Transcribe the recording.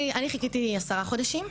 אני חיכיתי תשעה חודשים.